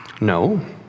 No